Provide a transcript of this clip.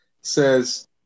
says